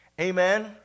Amen